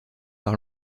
par